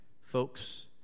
Folks